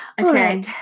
Okay